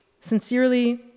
Sincerely